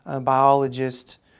biologist